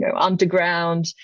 underground